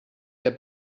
der